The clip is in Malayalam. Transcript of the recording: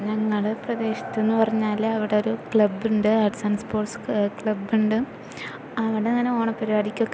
ഞങ്ങളുടെ പ്രദേശത്ത് എന്ന് പറഞ്ഞാൽ അവിടെ ഒരു ക്ലബ്ബുണ്ട് ആര്ട്സ് ആന്ഡ് സ്പോര്ട്സ് ക്ലബ്ബുണ്ട് അവിടെ അങ്ങനെ ഓണപരിപാടിക്ക് ഒക്കെ